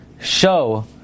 show